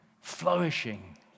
flourishing